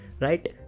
Right